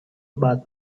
about